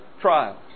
trials